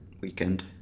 weekend